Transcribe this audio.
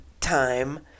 time